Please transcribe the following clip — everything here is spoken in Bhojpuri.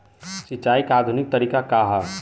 सिंचाई क आधुनिक तरीका का ह?